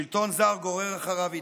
שלטון זר גורר אחריו התנגדות,